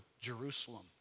Jerusalem